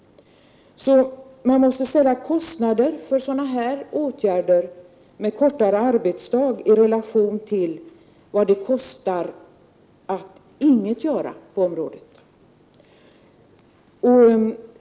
Man måste ställa kostnaden för sådant som kortare arbetsdag i relation till vad det kostar att ingenting göra på området.